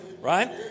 right